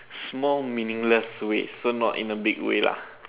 small meaningless way so not in a big way lah